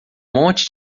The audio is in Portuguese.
monte